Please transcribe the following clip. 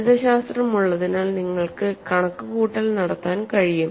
ഗണിതശാസ്ത്രം ഉള്ളതിനാൽ നിങ്ങൾക്ക് കണക്കുകൂട്ടൽ നടത്താൻ കഴിയും